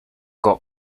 got